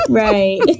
right